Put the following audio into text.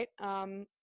right